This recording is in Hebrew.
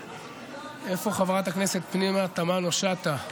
איפה חברת הכנסת פנינה תמנו שטה?